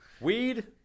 Weed